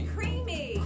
Creamy